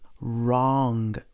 wrong